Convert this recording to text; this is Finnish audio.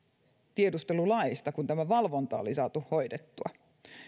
tiedustelulaeista kun tämä valvonta oli saatu hoidettua